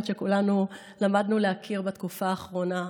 שכולנו למדנו להכיר בתקופה האחרונה,